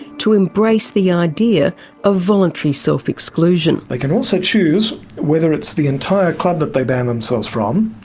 to embrace the idea of voluntary self-exclusion. they can also choose whether it's the entire club that they ban themselves from,